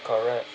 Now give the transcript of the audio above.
correct